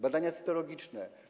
Badania cytologiczne.